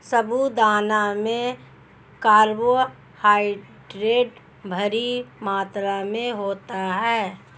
साबूदाना में कार्बोहायड्रेट भारी मात्रा में होता है